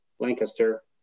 Lancaster